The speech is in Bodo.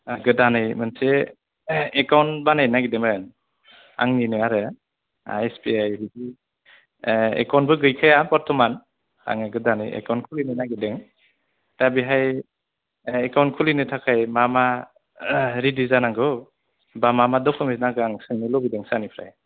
गोदानै मोनसे एकाउन्ट बानायनो नागिरदोंमोन आंनिनो आरो एस बि आइ बिदि एकाउन्टबो गैखाया बर्थमान आङो गोदानै एकाउन्ट खुलिनो नागिरदों दा बेहाय एकाउन्ट खुलिनो थाखाय मा मा रेडि जानांगौ बा मा मा डकुमेन्ट्स नांगौ आं बेखौ सोंनो लुबैदों सारनिफ्राय